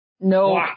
No